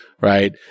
Right